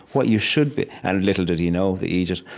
what you should be and little did he know, the idiot,